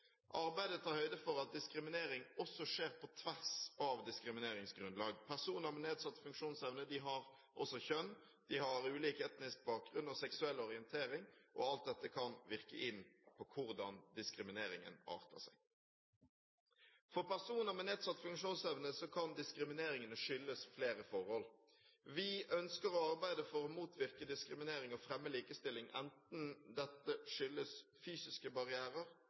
Arbeidet tar høyde for at diskriminering også skjer på tvers av diskrimineringsgrunnlag. Personer med nedsatt funksjonsevne har også kjønn, de har ulik etnisk bakgrunn og seksuell orientering, og alt dette kan virke inn på hvordan diskrimineringen arter seg. For personer med nedsatt funksjonsevne kan diskrimineringen skyldes flere forhold. Vi ønsker å arbeide for å motvirke diskriminering og fremme likestilling enten dette skyldes fysiske barrierer,